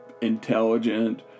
intelligent